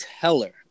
teller